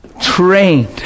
Trained